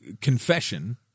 confession